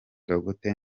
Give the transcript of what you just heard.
dangote